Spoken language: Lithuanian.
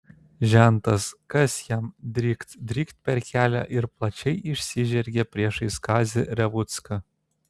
žentas kas jam drykt drykt per kelią ir plačiai išsižergė priešais kazį revucką